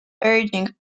urging